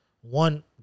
One